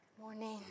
Morning